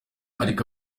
ariko